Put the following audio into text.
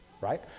right